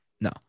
No